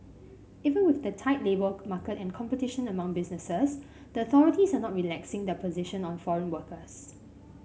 even with the tight labour market and competition among businesses the authorities are not relaxing their position on foreign workers